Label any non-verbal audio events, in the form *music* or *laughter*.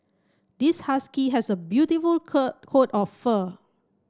this husky has a beautiful *unintelligible* coat of fur